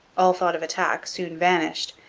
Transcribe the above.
all thought of attack soon vanished,